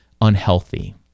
unhealthy